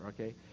Okay